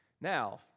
Now